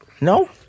No